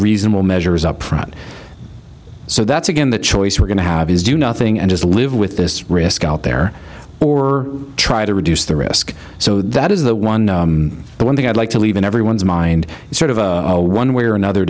reason or measures are private so that's again the choice we're going to have is do nothing and just live with this risk out there or try to reduce the risk so that is the one the one thing i'd like to leave in everyone's mind is sort of a one way or another